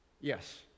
Yes